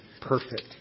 perfect